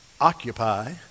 Occupy